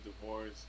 divorce